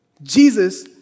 Jesus